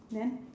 then